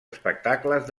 espectacles